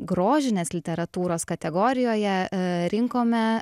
grožinės literatūros kategorijoje rinkome